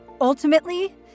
Ultimately